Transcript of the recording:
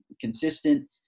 consistent